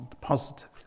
positively